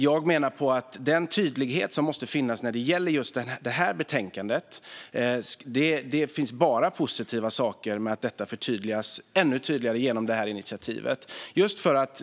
Jag menar att det bara är positivt att den tydlighet som måste finnas när det gäller just det här betänkandet förstärks ännu mer genom detta initiativ.